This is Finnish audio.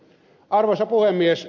arvoisa puhemies